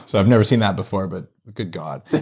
so i've never seen that before, but good god.